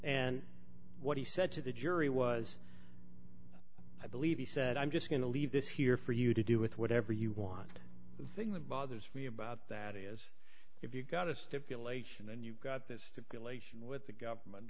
and what he said to the jury was i believe he said i'm just going to leave this here for you to do with whatever you want the thing that bothers me about that is if you've got a stipulation and you've got this stipulation with the government